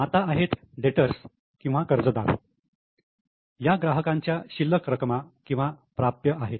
आता आहेत डेटर्स कर्जदार या ग्राहकांच्या शिल्लक रकमा किंवा प्राप्य आहेत